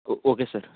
O okay sir